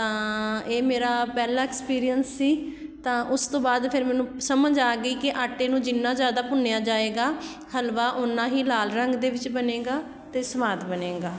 ਤਾਂ ਇਹ ਮੇਰਾ ਪਹਿਲਾ ਐਕਸਪੀਰੀਅੰਸ ਸੀ ਤਾਂ ਉਸ ਤੋਂ ਬਾਅਦ ਫੇਰ ਮੈਨੂੰ ਸਮਝ ਆ ਗਈ ਕਿ ਆਟੇ ਨੂੰ ਜਿੰਨਾ ਜ਼ਿਆਦਾ ਭੁੰਨਿਆ ਜਾਵੇਗਾ ਹਲਵਾ ਓਨਾ ਹੀ ਲਾਲ ਰੰਗ ਦੇ ਵਿੱਚ ਬਣੇਗਾ ਅਤੇ ਸਵਾਦ ਬਣੇਗਾ